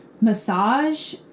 massage